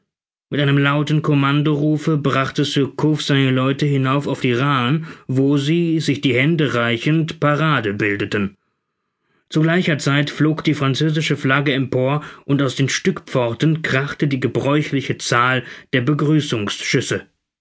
mit einem lauten commandorufe brachte surcouf seine leute hinauf auf die raaen wo sie sich die hände reichend parade bildeten zu gleicher zeit flog die französische flagge empor und aus den stückpforten krachte die gebräuchliche zahl der